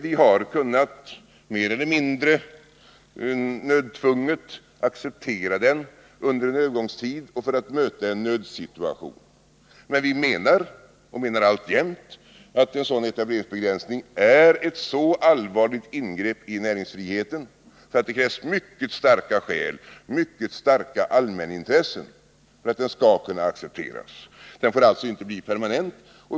Vi har — mer eller mindre nödtvunget — kunnat acceptera den under en övergångstid och för att möta en nödsituation. Men vi menar alltjämt att en sådan etableringsbegränsning är ett så allvarligt ingrepp i näringsfriheten att det krävs mycket starka allmänintressen för att den skall kunna accepteras. Den får alltså inte bli permanent.